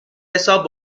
حساب